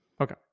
Okay